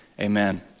amen